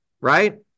right